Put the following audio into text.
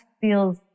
feels